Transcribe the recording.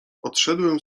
odszedłem